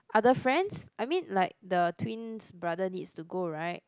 other friends I mean like the twin's brother needs to go right